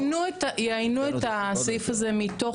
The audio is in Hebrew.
אז יאיינו את הסעיף הזה מתוכן,